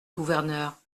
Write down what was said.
gouverneur